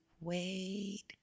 wait